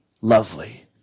lovely